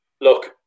look